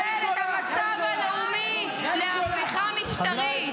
מי שמנצל את המצב הלאומי להפיכה משטרית --- יאיר גולן,